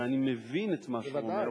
ואני מבין את מה שהוא אומר,